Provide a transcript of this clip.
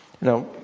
now